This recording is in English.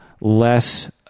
less